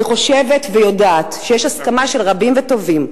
אני חושבת ויודעת שיש הסכמה של רבים וטובים,